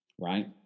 right